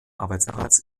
arbeitsplatz